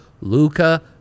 Luca